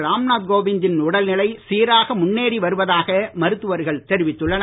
ராம்நாத் கோவிந்தின் உடல் நிலை சீராக முன்னேறி வருவதாக மருத்துவர்கள் தெரிவித்துள்ளனர்